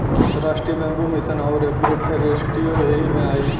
राष्ट्रीय bamboo mission आउर agro फ़ोरेस्ट्रीओ यही में आई